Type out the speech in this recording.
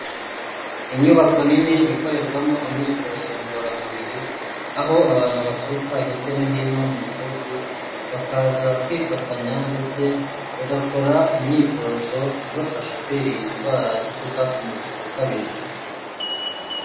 Inyubako nini ikorerwamo imyitozo ngororamubiri aho abantu baturuka hirya no hino mu gihugu, bakaza kwifatanya ndetse bagakora imyitozo ibafasha kwirinda indwara zituruka ku mubyibuho ukabije.